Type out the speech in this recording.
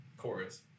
Chorus